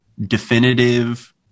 definitive